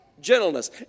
gentleness